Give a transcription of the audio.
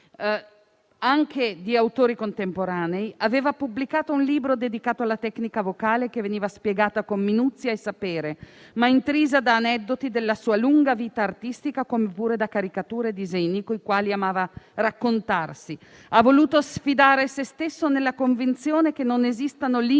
anche di autori contemporanei, aveva pubblicato un libro dedicato alla tecnica vocale, che veniva spiegata con minuzia e sapere, ma intrisa di aneddoti della sua lunga vita artistica come pure da caricature e disegni coi quali amava raccontarsi. Ha voluto sfidare se stesso nella convinzione che non esistono limiti